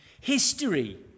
History